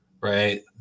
right